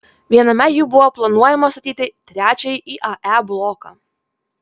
viename jų buvo planuojama statyti trečiąjį iae bloką